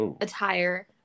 attire